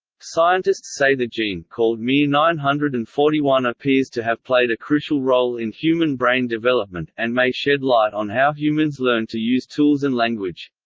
scientists say the gene called mir nine hundred and forty one appears to have played a crucial role in human brain development, and may shed light on how humans learned to use tools and language.